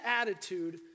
attitude